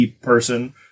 person